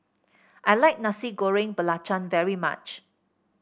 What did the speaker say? I like Nasi Goreng Belacan very much